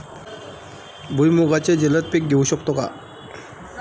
भुईमुगाचे जलद पीक घेऊ शकतो का?